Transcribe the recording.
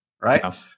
Right